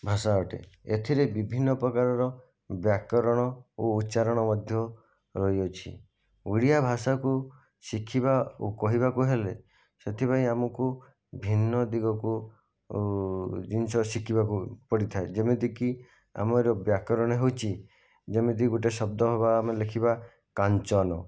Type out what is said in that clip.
ଭାଷା ଅଟେ ଏଥିରେ ବିଭିନ୍ନ ପ୍ରକାରର ବ୍ୟାକରଣ ଓ ଉଚ୍ଚାରଣ ମଧ୍ୟ ରହିଅଛି ଓଡ଼ିଆ ଭାଷାକୁ ଶିଖିବା ଓ କହିବାକୁ ହେଲେ ସେଥିପାଇଁ ଆମକୁ ଭିନ୍ନ ଦିଗକୁ ଜିନିଷ ଶିଖିବାକୁ ପଡ଼ିଥାଏ ଯେମିତିକି ଆମର ବ୍ୟାକରଣ ହେଉଛି ଯେମିତି ଗୋଟିଏ ଶବ୍ଦ ହେବା ଆମେ ଲେଖିବା କାଞ୍ଚନ